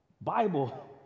Bible